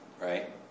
Right